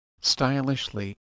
stylishly